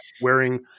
wearing